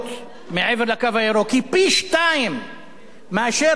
היא פי-שניים מאשר במועצות מקומיות בארץ,